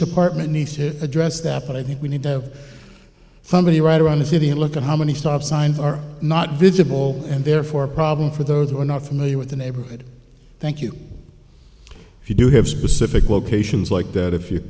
department needs to address that but i think we need to have somebody right around the city and look at how many stop signs are not visible and therefore a problem for those who are not familiar with the neighborhood thank you if you do have specific locations like that if you